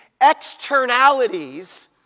externalities